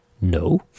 no